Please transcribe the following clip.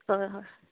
হয় হয়